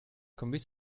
kombis